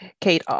Kate